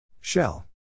Shell